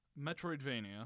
Metroidvania